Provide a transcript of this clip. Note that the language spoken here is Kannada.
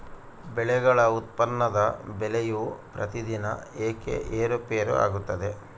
ಬೆಳೆಗಳ ಉತ್ಪನ್ನದ ಬೆಲೆಯು ಪ್ರತಿದಿನ ಏಕೆ ಏರುಪೇರು ಆಗುತ್ತದೆ?